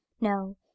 No